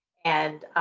and